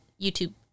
YouTube